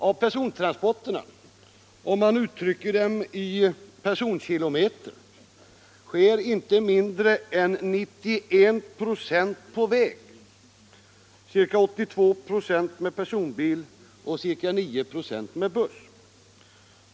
Av persontransporterna, om man uttrycker dem i personkilometer, sker inte mindre än 91 96 på väg — ca 82 926 med personbil och ca 9 96 med buss.